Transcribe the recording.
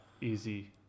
easy